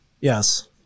Yes